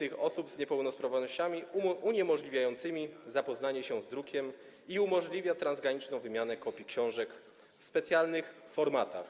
i osób z niepełnosprawnościami uniemożliwiającymi zapoznawanie się z drukiem i umożliwia transgraniczną wymianę kopii książek w specjalnych formatach,